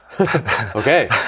okay